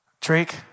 Drake